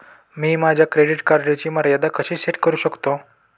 मी माझ्या क्रेडिट कार्डची मर्यादा कशी सेट करू शकतो?